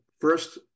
First